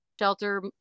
shelter